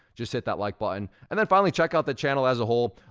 just hit that like button, and then finally check out the channel as a whole.